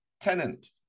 tenant